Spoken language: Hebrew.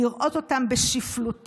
לראות אותם בשפלותם,